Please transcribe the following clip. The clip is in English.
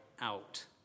out